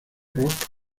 rock